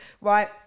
Right